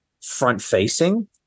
front-facing